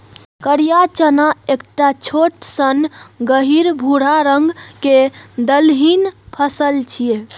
करिया चना एकटा छोट सन गहींर भूरा रंग के दलहनी फसल छियै